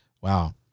wow